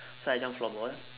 so I joined floorball